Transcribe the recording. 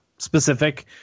Specific